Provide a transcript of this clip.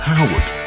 Howard